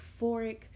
euphoric